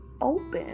open